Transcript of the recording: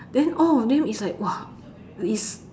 then all of them is like !wah! is